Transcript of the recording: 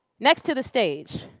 next to the stage,